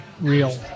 real